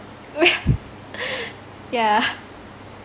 oh yeah yeah